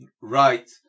Right